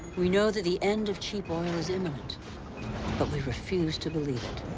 we know that the end of cheap oil is imminent, but we refuse to believe it.